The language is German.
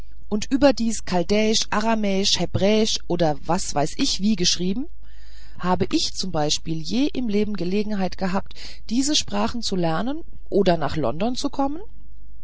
und überdies chaldäisch aramäisch hebräisch oder was weiß ich wie geschrieben habe ich zum beispiel je im leben gelegenheit gehabt diese sprachen zu lernen oder nach london zu kommen